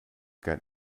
got